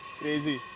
Crazy